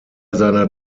seiner